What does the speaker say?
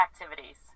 activities